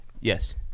Yes